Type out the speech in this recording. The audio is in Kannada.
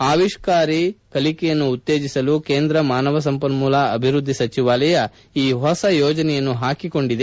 ಆವಿಷ್ಕಾರಿ ಕಲಿಕೆಯನ್ನು ಉತ್ತೇಜಿಸಲು ಕೇಂದ್ರ ಮಾನವ ಸಂಪನ್ಮೂಲ ಅಭಿವೃದ್ದಿ ಸಚಿವಾಲಯ ಈ ಹೊಸ ಯೋಜನೆಯನ್ನು ಹಾಕಿಕೊಂಡಿದೆ